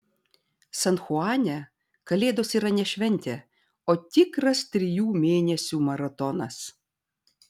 san chuane kalėdos yra ne šventė o tikras trijų mėnesių maratonas